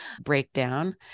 breakdown